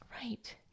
Right